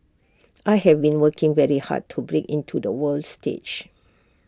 I have been working very hard to break into the world stage